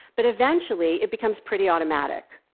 but eventually it becomes pretty automatic.